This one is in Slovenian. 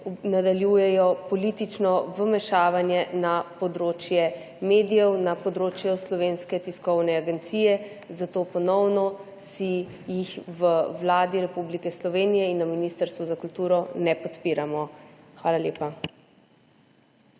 nadaljujejo politično vmešavanje na področje medijev, na področje Slovenske tiskovne agencije. Zato, ponovno, jih v Vladi Republike Slovenije in na Ministrstvu za kulturo ne podpiramo. Hvala lepa.